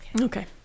okay